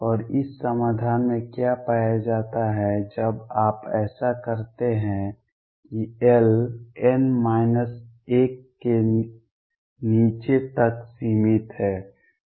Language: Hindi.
और इस समाधान में क्या पाया जाता है जब आप ऐसा करते हैं कि l n माइनस 1 के नीचे तक सीमित है